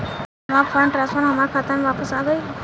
हमार fund transfer हमार खाता में वापस आ गइल